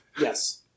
Yes